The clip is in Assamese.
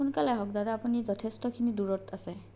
সোনকালে আহক দাদা আপুনি যথেষ্টখিনি দূৰত আছে